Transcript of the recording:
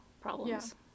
problems